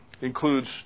includes